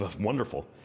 Wonderful